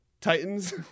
titans